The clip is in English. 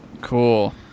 Cool